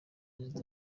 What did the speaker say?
perezida